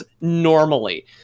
normally